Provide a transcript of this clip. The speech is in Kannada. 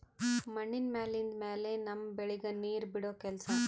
ಮಣ್ಣಿನ ಮ್ಯಾಲಿಂದ್ ಮ್ಯಾಲೆ ನಮ್ಮ್ ಬೆಳಿಗ್ ನೀರ್ ಬಿಡೋ ಕೆಲಸಾ